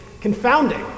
confounding